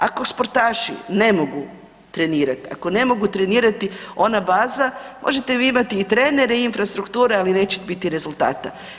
Ako sportaši ne mogu trenirati, ako ne mogu trenirati ona baza možete vi imati i trenere i infrastrukture ali neće biti rezultata.